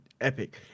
Epic